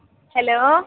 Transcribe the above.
hello